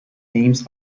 names